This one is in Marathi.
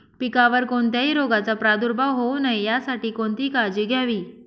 पिकावर कोणत्याही रोगाचा प्रादुर्भाव होऊ नये यासाठी कोणती काळजी घ्यावी?